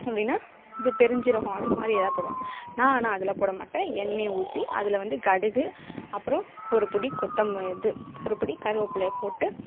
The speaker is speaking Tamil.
அப்படின்னா இது பெருஞ்சீரகம் அதுமாதிரி எதாவது போடுவாங்க நான் ஆனால் அதெலாம் போடமாட்டேன் எண்ணெயை ஊற்றி அதில் வந்து கடுகு அப்புறம் ஒருப்பிடி கொத்தம இது ஒருப்பிடி கருவப்பில்லையை போட்டு